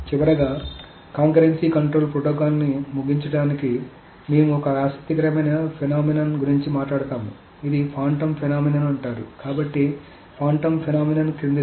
చివరగా concurrency control ప్రోటోకాల్ని ముగించడానికి మేము ఒక ఆసక్తికరమైన ఫెనొమెనొన్ గురించి మాట్లాడతాము దీనిని ఫాంటమ్ ఫెనొమెనొన్ అంటారు కాబట్టి ఒక ఫాంటమ్ ఫెనొమెనొన్ క్రిందిది